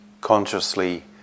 consciously